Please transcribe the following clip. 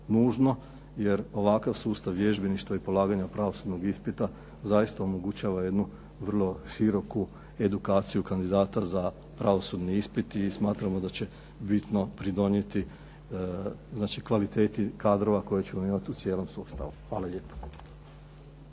jer ovakav sustav vježbeništva i polaganja pravosudnog ispita zaista omogućava jednu vrlo široku edukaciju kandidata za pravosudni ispit i smatramo da će bitno pridonijeti znači kvaliteti kadrova koje ćemo imati u cijelom sustavu. Hvala lijepo.